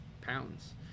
pounds